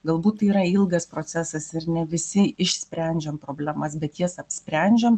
galbūt tai yra ilgas procesas ir ne visi išsprendžiam problemas bet jas apsprendžiam